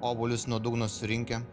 obuolius nuo dugno surinkę